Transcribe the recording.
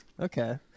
Okay